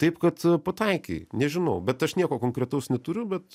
taip kad pataikei nežinau bet aš nieko konkretaus neturiu bet